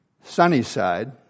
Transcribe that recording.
Sunnyside